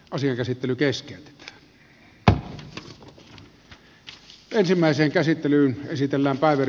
asian käsittely keskeytetään